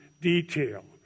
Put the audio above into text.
detail